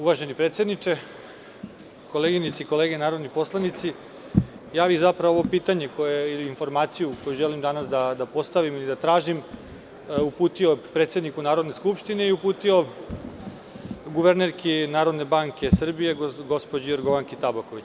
Uvaženi predsedniče, koleginice i kolege narodni poslanici, ovo pitanje ili informaciju koju želim danas da postavim ili da tražim, uputio bih predsedniku Narodne skupštine i uputio bih guvernerki Narodne banke Srbije, gospođi Jorgovanki Tabaković.